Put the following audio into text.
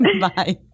Bye